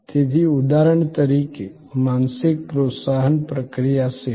તેથી ઉદાહરણ તરીકે માનસિક પ્રોત્સાહન પ્રક્રિયા સેવા